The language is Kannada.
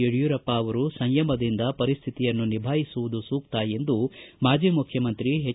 ಯಡಿಯೂರಪ್ಪ ಅವರು ಸಂಯಮದಿಂದ ಪರಿಸ್ಥಿತಿಯನ್ನು ನಿಭಾಯಿಸುವುದು ಸೂಕ್ತ ಎಂದು ಮಾಜಿ ಮುಖ್ಯಮಂತ್ರಿ ಎಚ್